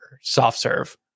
soft-serve